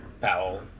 Powell